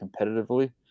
competitively